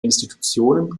institutionen